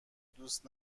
دوست